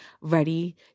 ready